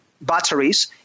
batteries